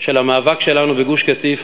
של המאבק שלנו בגוש-קטיף,